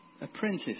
Apprentice